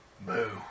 Boo